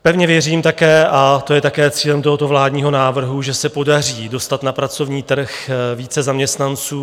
Pevně věřím také a to je také cílem tohoto vládního návrhu že se podaří dostat na pracovní trh více zaměstnanců.